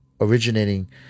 originating